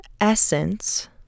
essence